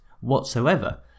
whatsoever